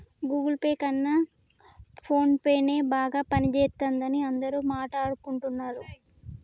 Google Pay కన్నా ఫోన్పేనే బాగా పనిజేత్తందని అందరూ మాట్టాడుకుంటన్నరు